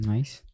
Nice